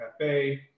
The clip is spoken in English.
cafe